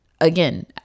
Again